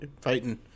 fighting